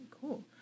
cool